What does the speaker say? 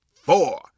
four